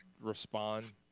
respond